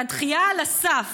והדחייה על הסף